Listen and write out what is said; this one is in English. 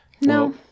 No